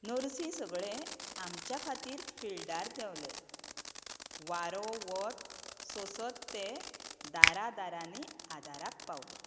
नर्सी सगळे आमच्या खातीर फिल्डार देवले वारो वत सोंसत ते दारा दारांनी आदाराक पावले